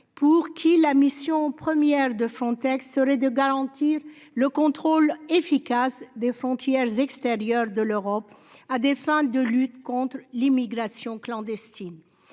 pour qui la mission première de Frontex serait de garantir le contrôle efficace des frontières extérieures de l'Europe à des fins de lutte contre l'immigration clandestine.